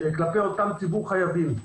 כלפי אותם ציבור חייבים,